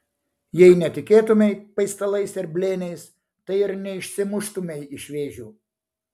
jeigu netikėtumei paistalais ir blėniais tai ir neišsimuštumei iš vėžių